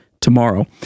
tomorrow